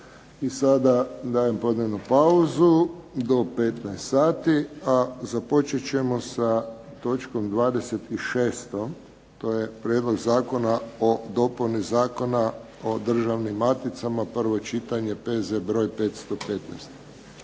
Sada dajem podnevnu pauzu do 15 sati a započet ćemo sa točkom 26. to je Prijedlog zakona o dopuni Zakona o Državnim maticama, prvo čitanje, P.z. br. 515.